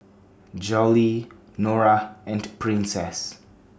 Jolie Norah and Princess